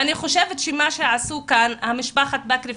אני חושבת שמה שעשו כאן משפחת בכרי,